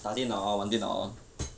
打电脑玩电脑 lor